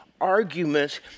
arguments